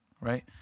right